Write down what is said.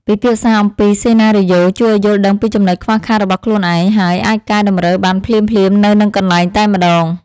ពិភាក្សាអំពីសេណារីយ៉ូជួយឱ្យយល់ដឹងពីចំណុចខ្វះខាតរបស់ខ្លួនឯង ហើយ អាចកែតម្រូវបានភ្លាមៗនៅនឹងកន្លែងតែម្តង។